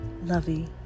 lovey